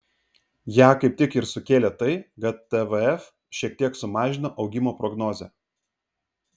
ją kaip tik ir sukėlė tai kad tvf šiek tiek sumažino augimo prognozę